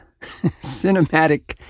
cinematic